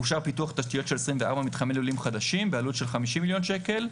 אושר פיתוח תשתיות של 24 מתחמי לולים חדשים בעלות של 50 מיליון שקלים.